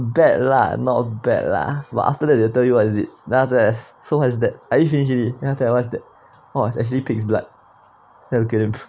bad lah not bad lah but after that they'll tell you what is it then after that are you finish already then after that what's that oh it's actually pig's blood get him